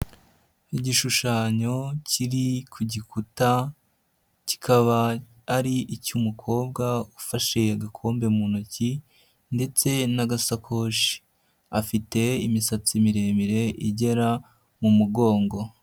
Igishushanyo kiri ku gikuta kikaba ari icy'umukobwa ufashe agakombe mu ntoki ndetse n'agasakoshi, afite imisatsi miremire igera mu mugongo.